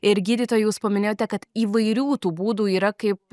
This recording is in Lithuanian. ir gydytoja jūs paminėjote kad įvairių tų būdų yra kaip